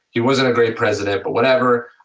he wasn't a great president but whatever,